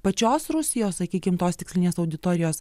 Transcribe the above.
pačios rusijos sakykim tos tikslinės auditorijos